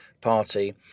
Party